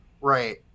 Right